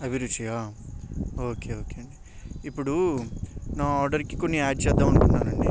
అభిరుచికా okay okay అండి ఇప్పుడు నా ఆర్డర్కి కొన్ని యాడ్ చేద్దాము అంటున్నానండి